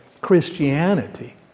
Christianity